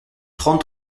trente